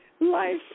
Life